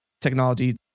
technology